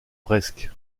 presque